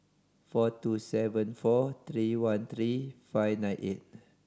four two seven four three one three five nine eight